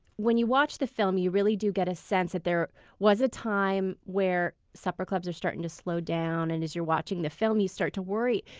when you watch the film, you really do get a sense that there was a time where supper clubs were starting to slow down, and as you are watching the film you start to worry.